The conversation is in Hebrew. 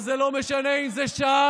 וזה לא משנה אם זה ש"ס